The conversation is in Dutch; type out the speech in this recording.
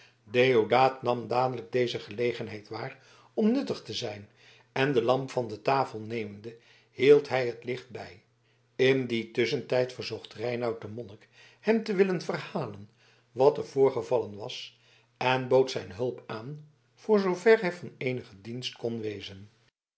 deodaat nam dadelijk deze gelegenheid waar om nuttig te zijn en de lamp van de tafel nemende hield hij het licht bij in dien tusschentijd verzocht reinout den monnik hem te willen verhalen wat er voorgevallen was en bood zijn hulp aan voor zooverre hij van eenigen dienst kon wezen